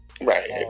right